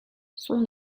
son